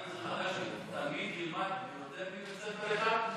יש אפשרות שתלמיד ילמד ביותר מבית ספר אחד?